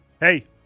Hey